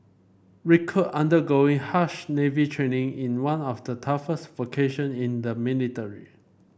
recruit undergoing harsh Navy training in one of the toughest vocation in the military